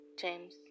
James